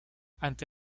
ante